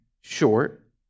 short